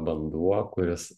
vanduo kuris